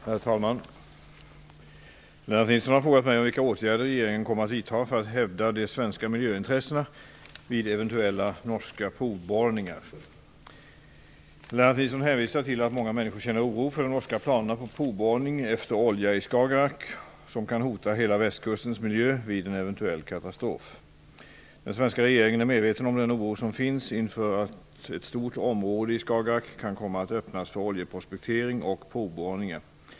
Herr talman! Lennart Nilsson har frågat mig om vilka åtgärder regeringen kommer att vidta för att hävda de svenska miljöintressena vid eventuella norska provborrningar. Lennart Nilsson hänvisar till att många människor känner oro för de norska planerna på provborrning efter olja i Skagerrak som kan hota hela västkustens miljö vid en eventuell katastrof. Den svenska regeringen är medveten om den oro som finns inför att ett stort område i Skagerrak kan komma att öppnas för oljeprospektering och provborrningar.